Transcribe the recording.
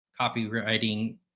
copywriting